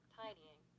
tidying